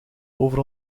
over